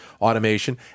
automation